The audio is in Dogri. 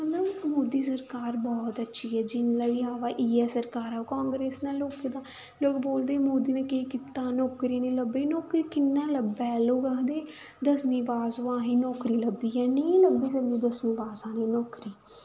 मतलब मोदी सरकार बोह्त अच्छी ऐ जिन्ने बारी बी आवै इ'यै सरकार आवै कांग्रेस ने लोकें दा लोग बोलदे मोदी ने केह् कीता नौकरी नी लब्भी नौकरी कि'यां लब्भै लोग आखदे दसमीं पास होई अहें गी नौकरी लब्भी नेईं लब्भी सकदी नौकरी दसमीं पास आह्लें गी नौकरी